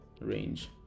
range